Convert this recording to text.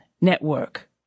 network